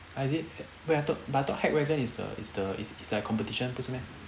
as in wait I thought but I thought hackwagon is the is the is is like a competition 不是 meh